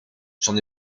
j’en